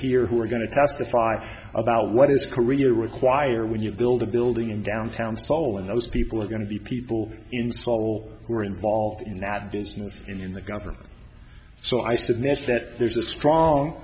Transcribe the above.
here who are going to testify about what is career require when you build a building in downtown seoul and those people are going to be people in seoul who are involved in that business in the government so i said that's that there's a strong